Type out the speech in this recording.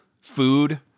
food